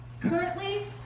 Currently